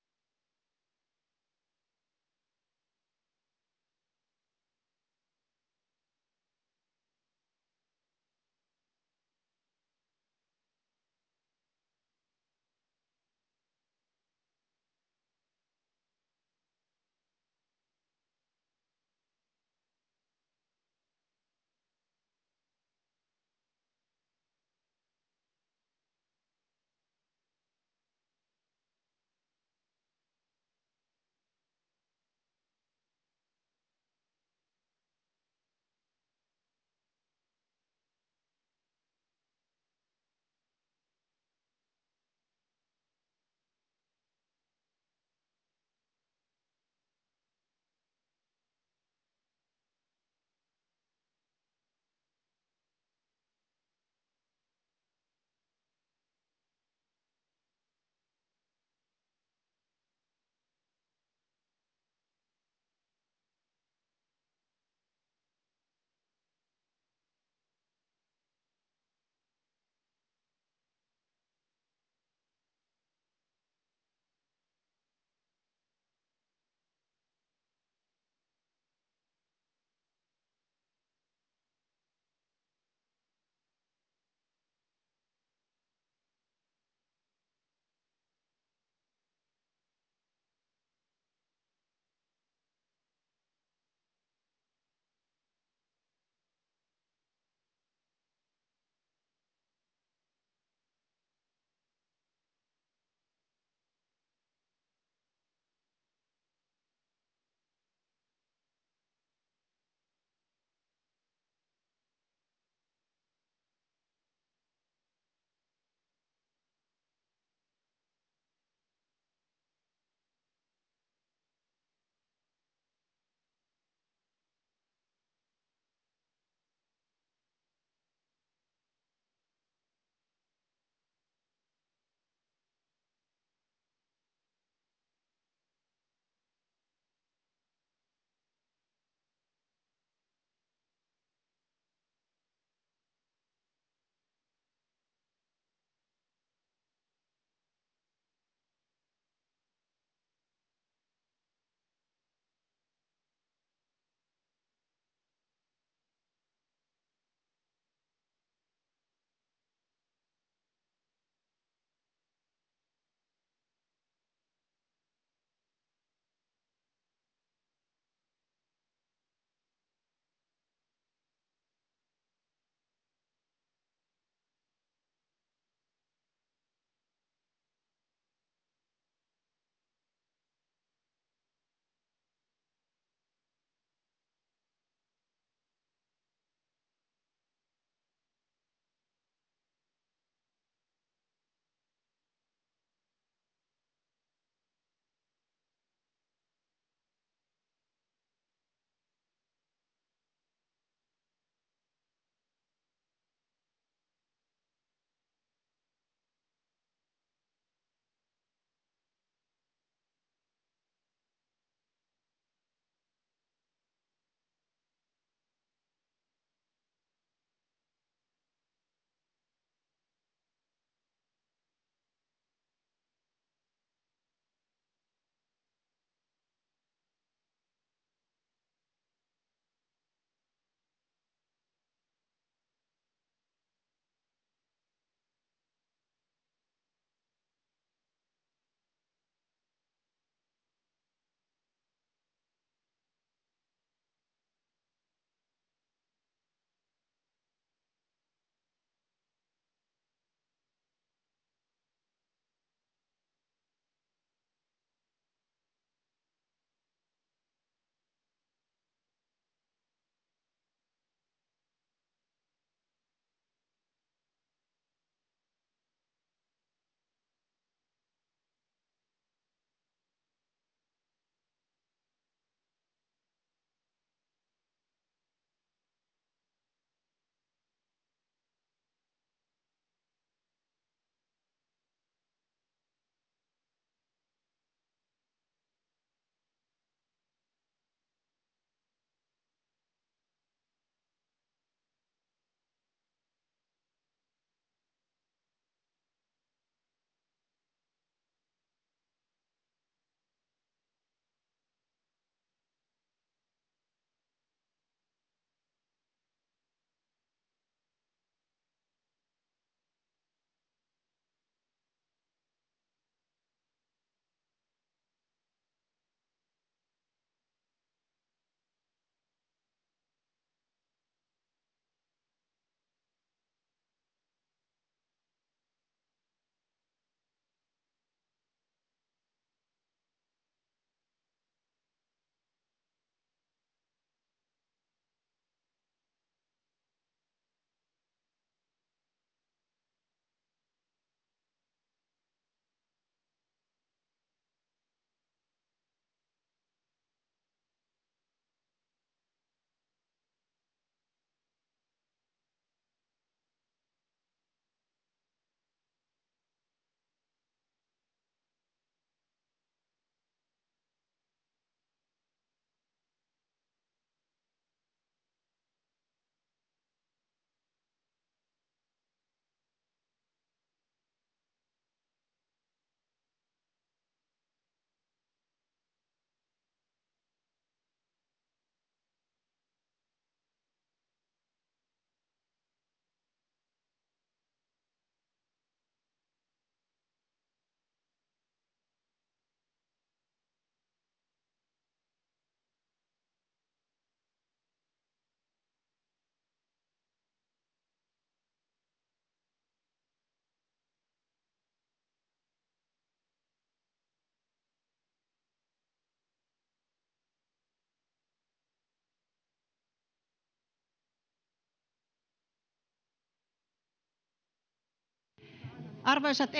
arvoisat